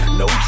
no